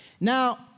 Now